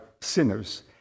sinners